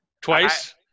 twice